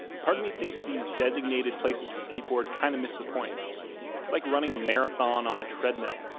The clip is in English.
part of me thinks these designated places to skateboard kind of missed the point. it's like running a marathon on a treadmill.